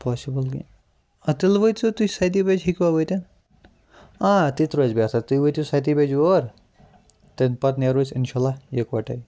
possible کینٛہہ اَدٕ تیٚلہِ وٲتۍ زیٚو تُہۍ سَتے بَجہِ ہیٚکوٕ وٲتِتھ آ تِتہِ روزِ بہتَر تُہۍ وٲتِو سَتے بَجہِ یور تمہِ پَتہٕ نیرو أسۍ اِنشا اللہ یِکوٹے